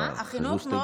מה, החינוך?